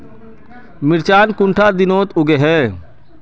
मिर्चान कुंडा दिनोत उगैहे?